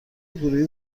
گروهی